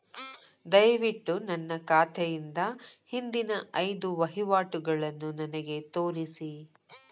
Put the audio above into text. ದಯವಿಟ್ಟು ನನ್ನ ಖಾತೆಯಿಂದ ಹಿಂದಿನ ಐದು ವಹಿವಾಟುಗಳನ್ನು ನನಗೆ ತೋರಿಸಿ